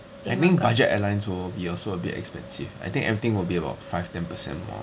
I think budget airlines will be also be a bit more expensive I think everything will be about five ten percent more